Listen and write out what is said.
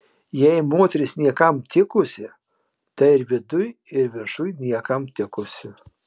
jei moteris niekam tikusi tai ir viduj ir viršuj niekam tikusi